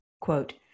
Quote